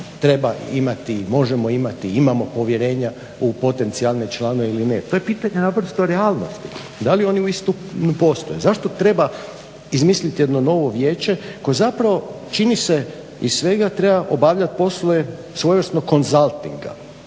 treba imati i možemo imati, imamo povjerenja u potencijalne članove ili ne. To je pitanje naprosto realnosti da li oni uistinu postoje. Zašto treba izmisliti jedno novo vijeće koje zapravo čini se iz svega treba obavljati poslove svojevrsnog konzaltinga.